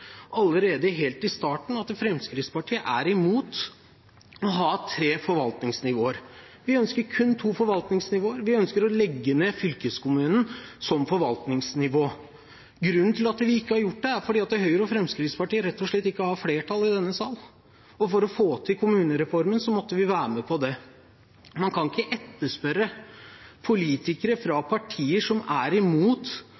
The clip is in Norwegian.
allerede helt i starten for at Fremskrittspartiet er imot å ha tre forvaltningsnivåer. Vi ønsker kun to forvaltningsnivåer. Vi ønsker å legge ned fylkeskommunen som forvaltningsnivå. Grunnen til at vi ikke har gjort det, er at Høyre og Fremskrittspartiet rett og slett ikke har flertall i denne sal, og for å få til kommunereformen måtte vi være med på det. Man kan ikke etterspørre at politikere